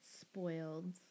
Spoiled